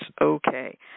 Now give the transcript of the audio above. okay